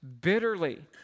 bitterly